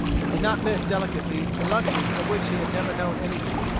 he did not miss delicacies and luxuries of which he had never known anything.